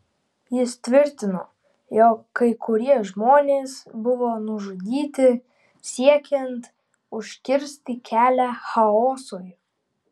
jis tvirtino jog kai kurie žmonės buvo nužudyti siekiant užkirsti kelią chaosui